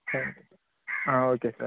ah okay sir